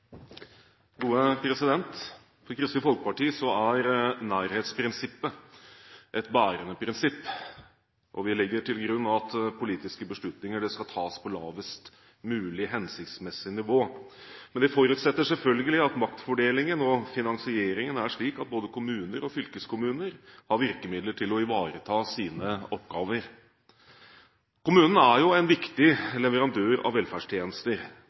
grunn at politiske beslutninger skal tas på lavest mulig hensiktsmessig nivå. Det forutsetter selvfølgelig at maktfordelingen og finansieringen er slik at både kommuner og fylkeskommuner har virkemidler til å ivareta sine oppgaver. Kommunen er en viktig leverandør av velferdstjenester,